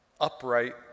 upright